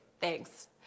Thanks